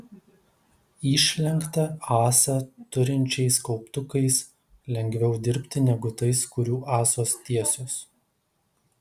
išlenktą ąsą turinčiais kauptukais lengviau dirbti negu tais kurių ąsos tiesios